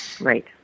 right